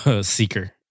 Seeker